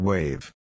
Wave